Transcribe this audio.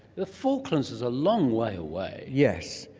the falklands is a long way away. yes.